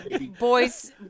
boys